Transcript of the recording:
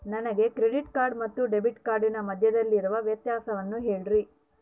ನನಗೆ credit card ಮತ್ತು debit ಕಾರ್ಡಿನ ಮಧ್ಯದಲ್ಲಿರುವ ವ್ಯತ್ಯಾಸವನ್ನು ಹೇಳ್ರಿ?